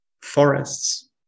forests